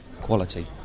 quality